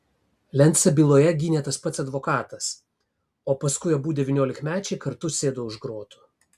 lencą byloje gynė tas pats advokatas o paskui abu devyniolikmečiai kartu sėdo už grotų